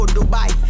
Dubai